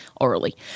orally